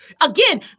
again